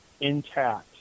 intact